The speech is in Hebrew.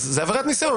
אז זו עבירת ניסיון,